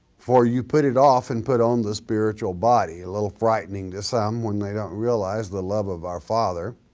for you put it off and put on the spiritual body, a little frightening to some when they don't realize the love of our father.